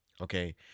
Okay